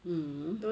mm